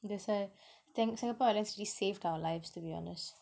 that's why thank singapore let's really saved our lives to be honest